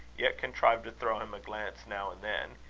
yet contrived to throw him a glance now and then,